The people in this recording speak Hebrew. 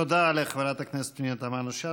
תודה לחברת הכנסת פנינה תמנו-שטה.